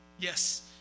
Yes